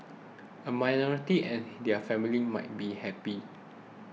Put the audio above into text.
a minority and their family might be happy